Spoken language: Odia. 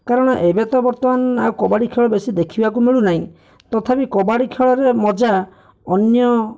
କାରଣ ଏବେତ ବର୍ତ୍ତମାନ ଆଉ କବାଡ଼ି ଖେଳ ବେଶୀ ଦେଖିବାଜୁ ମିଳୁ ନାହିଁ ତଥାପି କବାଡ଼ି ଖେଳରେ ମଜା ଅନ୍ୟ